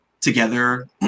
together